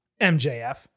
MJF